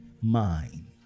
mind